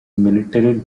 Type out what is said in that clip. military